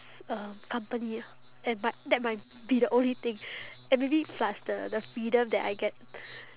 um company ah and might that might be the only thing and maybe plus the the freedom that I get